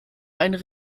einen